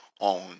on